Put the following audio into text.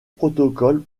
protocoles